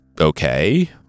okay